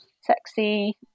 sexy